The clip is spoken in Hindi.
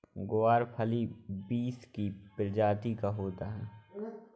ग्वारफली बींस की प्रजाति का होता है